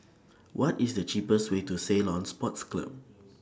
What IS The cheapest Way to Ceylon Sports Club